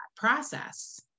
process